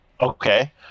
Okay